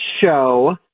show